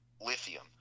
Lithium